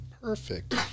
perfect